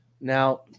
now